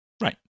Right